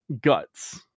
guts